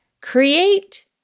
Create